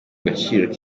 gaciro